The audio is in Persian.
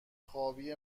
خوابی